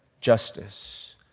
justice